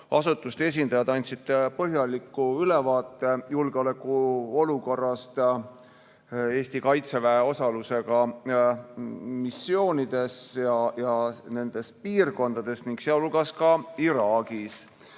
asutuste esindajad andsid põhjaliku ülevaate julgeolekuolukorrast Eesti Kaitseväe osalusega missioonides ja nendes piirkondades, sealhulgas ka Iraagis.